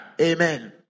Amen